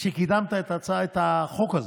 שקידמת את החוק הזה.